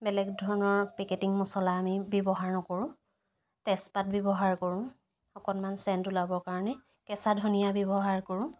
বেলেগ ধৰণৰ পেকেটিং মছলা আমি ব্যৱহাৰ নকৰোঁ তেজপাত ব্যৱহাৰ কৰোঁ অকণমান চেণ্ট ওলাবৰ কাৰণে কেঁচা ধনিয়া ব্যৱহাৰ কৰোঁ